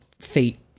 Fate